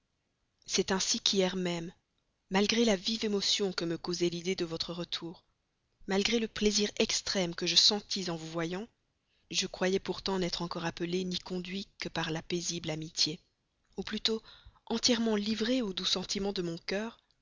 c'est ainsi qu'hier même malgré la vive émotion que me causait l'idée de votre retour malgré le plaisir extrême que je ressentis en vous voyant je croyais pourtant n'être encore appelé ni conduit que par la paisible amitié ou plutôt entièrement livré aux doux sentiments de mon cœur